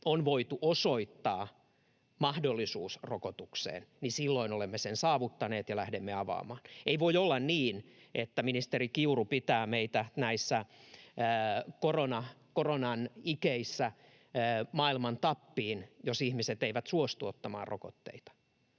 on voitu osoittaa mahdollisuus rokotukseen, niin silloin olemme sen saavuttaneet ja lähdemme avaamaan. Ei voi olla niin, että ministeri Kiuru pitää meitä näissä koronan ikeissä maailman tappiin, jos ihmiset eivät suostu ottamaan rokotteita,